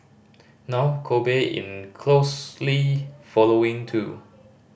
now Kobe in closely following too